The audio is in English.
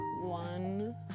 one